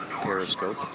Periscope